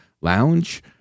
Lounge